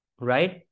right